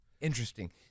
interesting